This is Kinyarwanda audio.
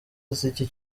z’iki